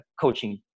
coaching